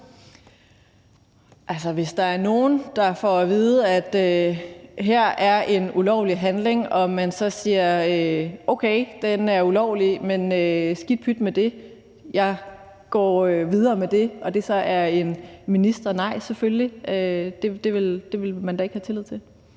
hvis der er nogen, der får at vide, at her er der en ulovlig handling, og de så siger, at okay, den er ulovlig, men skidt, pyt med det, jeg går videre med det, og det så er en minister, nej, det ville man da selvfølgelig ikke have tillid til.